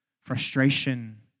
frustration